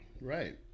Right